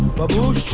babhusha!